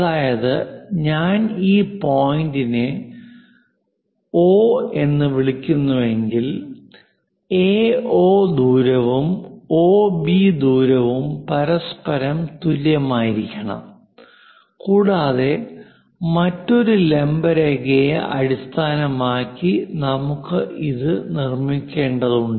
അതായത് ഞാൻ ഈ പോയിന്റിനെ O എന്ന് വിളിക്കുന്നുവെങ്കിൽ AO ദൂരവും OB ദൂരവും പരസ്പരം തുല്യമായിരിക്കണം കൂടാതെ മറ്റൊരു ലംബ രേഖയെ അടിസ്ഥാനമാക്കി നമുക്ക് ഇത് നിർമ്മിക്കേണ്ടതുണ്ട്